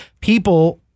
people